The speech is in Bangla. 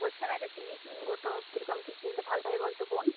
বলছিলাম একটা টি ভি কিনবো তো কীরকম কী কিনলে ভালো হয় বল তো বোন